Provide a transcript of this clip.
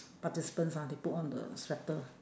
participants ah they put on the sweater